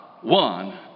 one